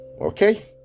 Okay